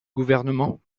gouvernement